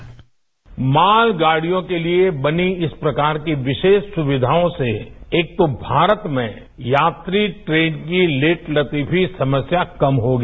bite मालगाडियों के लिए बनी इस प्रकार की विशेष सुविधाओं से एक तो भारत में यात्रि ट्रेन की लेटलतीफी समस्या कम होगी